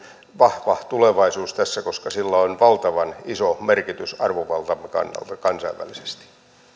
vahva tulevaisuus tässä koska sillä on valtavan iso merkitys arvovaltamme kannalta kansainvälisesti